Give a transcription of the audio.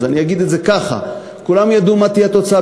אז אגיד את זה ככה: כולם ידעו מה תהיה התוצאה